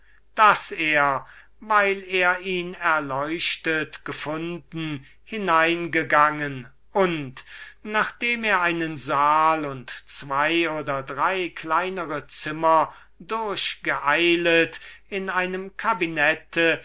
daß er weil er ihn erleuchtet gefunden hineingegangen und nachdem er einen saal dessen herrliche auszierung ihn nicht einen augenblick aufhalten konnte und zwei oder drei kleinere zimmer durchgeeilet in einem cabinet